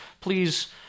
Please